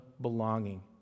belonging